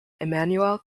immanuel